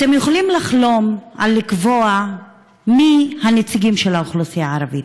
אתם יכולים לחלום על לקבוע מי יהיו הנציגים של האוכלוסייה הערבית,